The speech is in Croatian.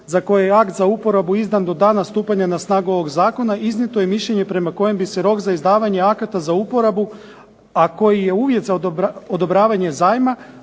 za koje je akt za uporabu izdan do dana stupanja na snagu ovog zakona iznijeto je mišljenje prema kojem bi se rok za izdavanje akata za uporabu a koji je uvjet za odobravanje zajma